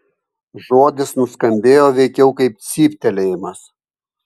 žodis nuskambėjo veikiau kaip cyptelėjimas